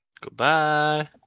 Goodbye